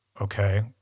okay